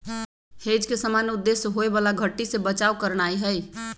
hedge के सामान्य उद्देश्य होयबला घट्टी से बचाव करनाइ हइ